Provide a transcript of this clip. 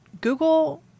Google